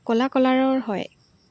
ক'লা কলাৰৰ হয়